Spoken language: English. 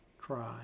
cry